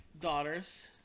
daughters